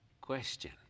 question